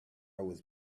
was